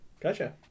Gotcha